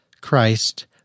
Christ